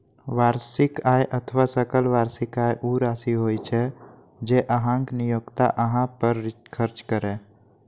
वार्षिक आय अथवा सकल वार्षिक आय ऊ राशि होइ छै, जे अहांक नियोक्ता अहां पर खर्च करैए